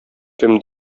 кем